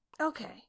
Okay